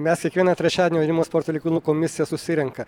mes kiekvieną trečiadienį jaunimo sporto reikalų komisija susirenka